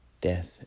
death